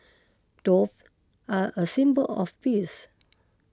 dove are a symbol of peace